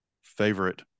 favorite